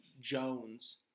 Jones